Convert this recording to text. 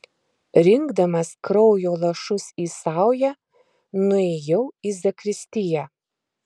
rinkdamas kraujo lašus į saują nuėjau į zakristiją